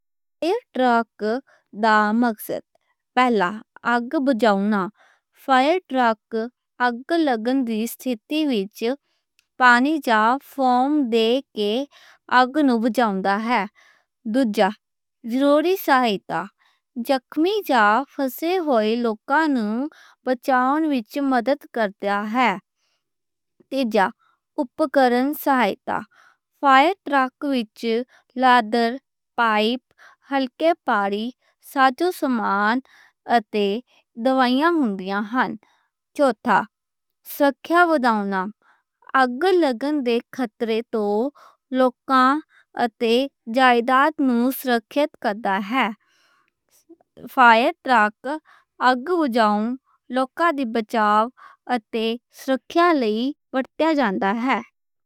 ٹرک دا مقصد پہلا آگ بجھاؤنا، فائر ٹرک آگ لگن دی حالت وچ پانی یا فوم دے کے آگ نوں بجھاؤنا ہے۔ دوجا، ضروری سہائتا، زخمی یا پھسے ہوئیاں نوں بچاؤنا وچ مدد کردا ہے۔ تیجا، اوزار سہائتا، فائر ٹرک وچ لادھے پائپ، ہلکے پارٹس، سامان تے دوائیاں ہن۔ چوتھا، سکیورٹی وڈھاؤنا، آگ لگن دے خطرے توں لوکاں تے جائیداد نوں سکیور کردا ہے۔ فائر ٹرک، آگ بجھاؤنا، لوکاں دے بچاؤ تے سکیورٹی لئی اگے ودھدا ہے۔